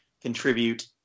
contribute